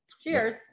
Cheers